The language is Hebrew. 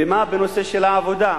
מה בנושא של העבודה?